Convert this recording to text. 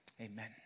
Amen